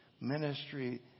ministry